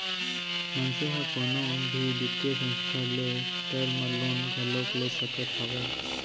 मनसे ह कोनो भी बित्तीय संस्था ले टर्म लोन घलोक ले सकत हावय